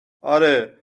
آره